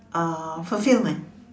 uh fulfilment